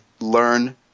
learn